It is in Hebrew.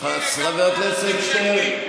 חבר הכנסת שטרן,